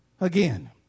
again